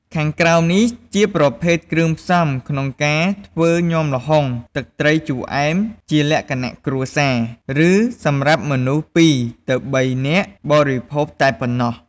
ខាងក្រោមនេះជាប្រភេទគ្រឿងផ្សំក្នុងការធ្វើញាំល្ហុងទឹកត្រីជូរអែម ជាលក្ខណៈគ្រួសារ ឬសម្រាប់មនុស្ស ពីរ ទៅបីនាក់បរិភោគតែប៉ុណ្ណោះ។